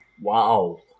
Wow